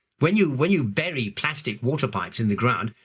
when you when you bury plastic water pipes in the ground,